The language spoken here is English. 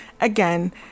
again